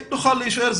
אם תוכל להישאר,